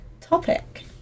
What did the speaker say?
topic